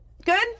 Good